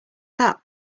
that